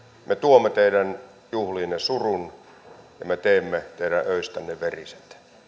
me tuomme teidän juhliinne surun ja me teemme teidän öistänne veriset